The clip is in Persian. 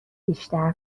بیشتر